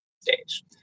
stage